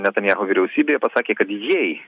netanyahu vyriausybėje pasakė kad jei